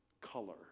color